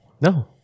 No